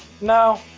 no